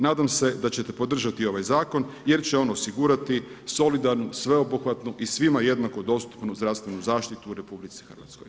Nadam se da ćete podržati ovaj zakon jer će on osigurati solidarnu, sveobuhvatnu i svima jednako dostupnu zdravstvenu zaštitu u RH.